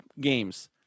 games